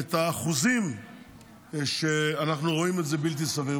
את האחוזים שאנחנו רואים כבלתי סבירים.